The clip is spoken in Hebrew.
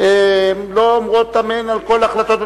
לא אומרות "אמן" על כל החלטות הממשלה.